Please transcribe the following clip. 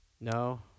No